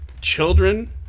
children